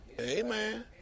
Amen